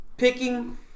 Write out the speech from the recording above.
Picking